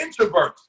introverts